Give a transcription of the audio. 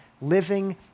living